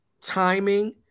timing